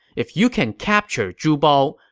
if you can capture zhu bao,